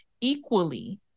equally